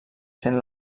sent